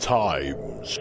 times